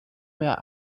mehr